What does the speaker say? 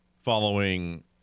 following